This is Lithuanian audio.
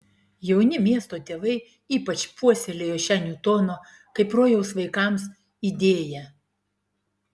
jauni miesto tėvai ypač puoselėjo šią niutono kaip rojaus vaikams idėją